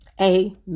amen